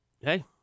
hey